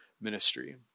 ministry